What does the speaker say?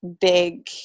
big